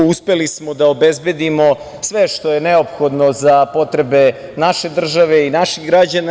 Uspeli smo da obezbedimo sve što je neophodno za potrebe naše države i naših građana.